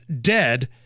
dead